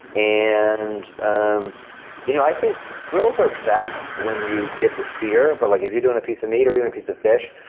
and um you know i think grills are best when you get the sear, but like if you're doing a piece of meat or even a piece of fish,